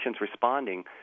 responding